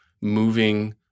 moving